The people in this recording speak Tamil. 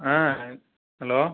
ஆ ஹலோ